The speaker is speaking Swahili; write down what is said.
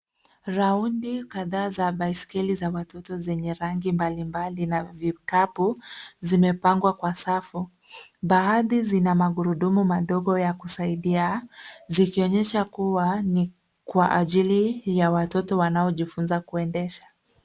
Raundi kadhaa za baiskeli za watoto zenye rangi mbali mbali na vikapu, zimepangwa kwa safu. Baadhi zina magurudumu madogo ya kusaidia. Zikionyesha kua na kwa ajili ya watoto wanaojifunza kuendesha.